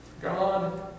God